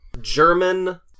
German